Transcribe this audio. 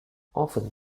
often